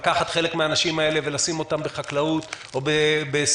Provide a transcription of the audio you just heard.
לקחת חלק מהאנשים האלה ולשים אותם בחקלאות או בסיעוד,